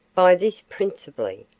by this principally,